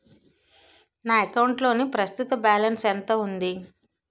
నా అకౌంట్ లోని ప్రస్తుతం బాలన్స్ ఎంత ఉంది?